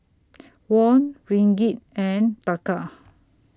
Won Ringgit and Taka